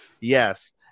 Yes